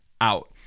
out